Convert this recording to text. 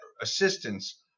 assistance